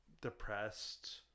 depressed